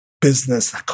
business